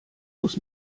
muss